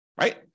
right